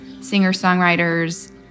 singer-songwriters